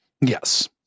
Yes